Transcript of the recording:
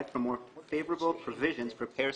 for more favorable provisions for payment